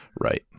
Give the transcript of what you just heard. right